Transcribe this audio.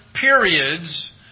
periods